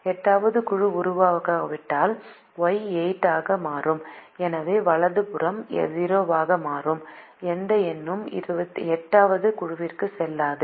8 வது குழு உருவாக்கப்படாவிட்டால் Y8 0 ஆக மாறும் எனவே வலது புறம் 0 ஆக மாறும் எந்த எண்ணும் 8 வது குழுவிற்கு செல்லாது